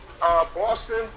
Boston